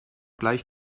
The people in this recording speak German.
gleich